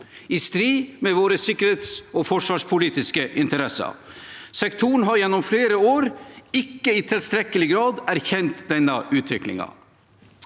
i strid med våre sikkerhets- og forsvarspolitiske interesser. Sektoren har gjennom flere år ikke i tilstrekkelig grad erkjent denne utviklingen.